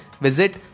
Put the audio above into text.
visit